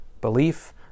belief